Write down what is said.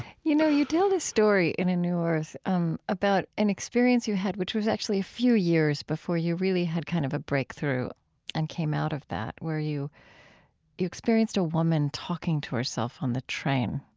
you know, you told a story in a new earth um about an experience you had, which was actually a few years before you really had kind of a breakthrough and came out of that, where you you experienced a woman talking to herself on the train,